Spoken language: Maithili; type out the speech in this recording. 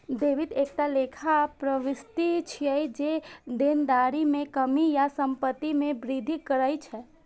डेबिट एकटा लेखा प्रवृष्टि छियै, जे देनदारी मे कमी या संपत्ति मे वृद्धि करै छै